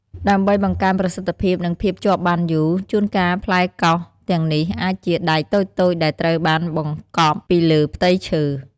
ដើម្បីបង្កើនប្រសិទ្ធភាព និងភាពជាប់បានយូរ ជួនកាលផ្លែកោសទាំងនេះអាចជាដែកតូចៗដែលត្រូវបានបង្កប់ពីលើផ្ទៃឈើ។